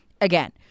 again